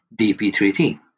DP3T